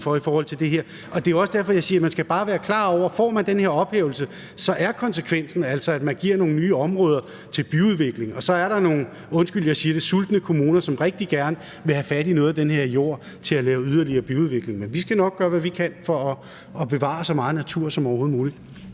være afvisende over for. Det er også derfor, jeg siger, at man bare skal være klar over, at får man den her ophævelse, er konsekvensen altså, at man giver nogle nye områder til byudvikling. Og så er der nogle – undskyld, jeg siger det – sultne kommuner, som rigtig gerne vil have fat i noget af den her jord for at lave yderligere byudvikling. Men vi skal nok gøre, hvad vi kan, for at bevare så meget natur som overhovedet muligt.